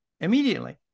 immediately